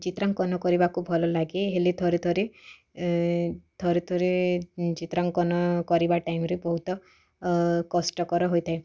ଚିତ୍ରାଙ୍କନ କରିବାକୁ ଭଲ ଲାଗେ ହେଲେ ଥରେ ଥରେ ଥରେ ଥରେ ଚିତ୍ରାଙ୍କନ କରିବା ଟାଇମ୍ରେ ବହୁତ କଷ୍ଟକର ହୋଇଥାଏ